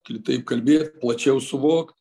kitaip kalbėt plačiau suvokt